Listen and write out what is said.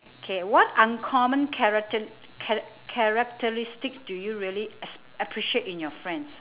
K what uncommon character~ cha~ characteristics do you really ap~ appreciate in your friends